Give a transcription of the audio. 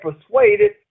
persuaded